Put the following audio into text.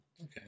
okay